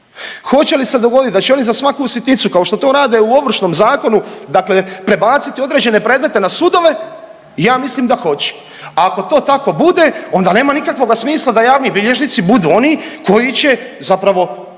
Hoće li se dogoditi da će oni za svaku sitnicu kao što to rade u Ovršnom zakonu prebaciti određene predmete na sudove? Ja mislim da hoće, a ako to tako bude onda nema nikakvoga smisla da javni bilježnici budu oni koji će zapravo